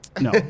No